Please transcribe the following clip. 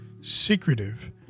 secretive